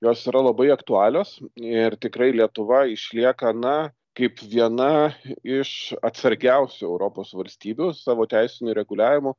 jos yra labai aktualios ir tikrai lietuva išlieka na kaip viena iš atsargiausių europos valstybių savo teisiniu reguliavimu